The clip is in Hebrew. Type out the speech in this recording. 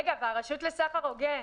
רגע, והרשות לסחר הוגן.